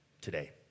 today